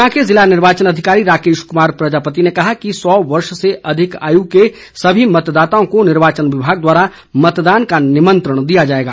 ऊना के जिला निर्वाचन अधिकारी राकेश कुमार प्रजापति ने कहा है कि सौ वर्ष से अधिक आयु के सभी मतदाताओं को निर्वाचन विभाग द्वारा मतदान का निमंत्रण दिया जाएगा